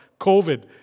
COVID